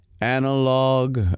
analog